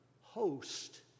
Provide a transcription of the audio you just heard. host